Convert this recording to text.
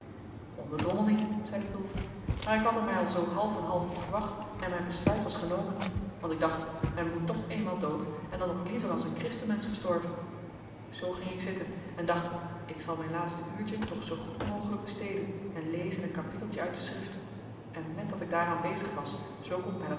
om den drommel niet zeide pulver maar ik had er mij al zoo half en half op verwacht en mijn besluit was genomen want ik dacht men moet toch eenmaal dood en dan nog liever als een christenmensch gestorven zoo ging ik zitten en dacht ik zal mijn laatste uurtje toch zoo goed mogelijk besteden en lezen een kapitteltje uit de schrift en met dat ik daaraan bezig was zoo komt mij